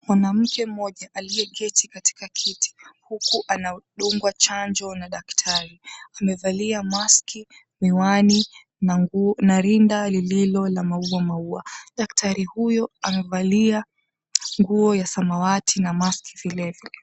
Mwanamke mmoja aliyeketi katika kiti huku anadungwa chanjo na daktari amevalia maski , miwani na rinda lililo la mauaua. Daktari huyo amevalia nguo ya samawati na maski vilevile.